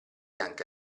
anche